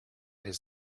his